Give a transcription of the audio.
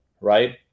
right